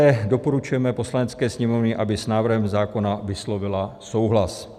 IV. doporučujeme Poslanecké sněmovně, aby s návrhem zákona vyslovila souhlas,